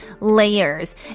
layers